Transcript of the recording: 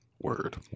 Word